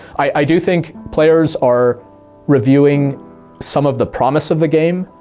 i do think players are reviewing some of the promise of the game.